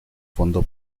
fondo